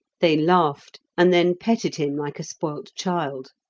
they laughed, and then petted him like a spoilt child.